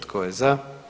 Tko je za?